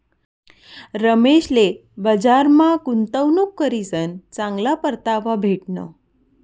रमेशले बजारमा गुंतवणूक करीसन चांगला परतावा भेटना